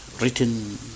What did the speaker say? written